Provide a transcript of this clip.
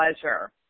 pleasure